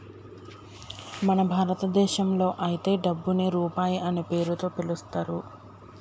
మన భారతదేశంలో అయితే డబ్బుని రూపాయి అనే పేరుతో పిలుత్తారు